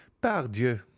Pardieu